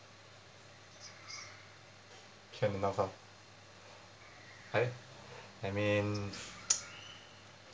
can enough ah I I mean